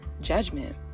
judgment